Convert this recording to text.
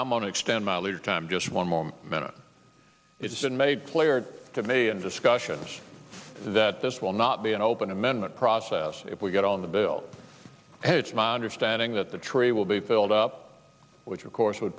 i'm on extend my leisure time just one more minute it's been made clear to me in discussions that this will not be an open amendment process if we get on the bill and it's my understanding that the tree will be filled up which of course w